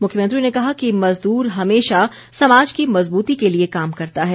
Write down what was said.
मुख्यमंत्री ने कहा कि मजदूर हमेशा समाज की मजबूती के लिए काम करता है